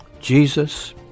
Jesus